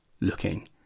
looking